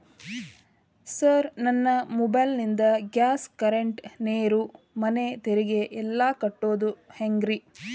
Sir ನನ್ನ mobile ನಿಂದ gas, current, ನೇರು, ಮನೆ ತೆರಿಗೆ ಎಲ್ಲಾ ಕಟ್ಟೋದು ಹೆಂಗ್ರಿ?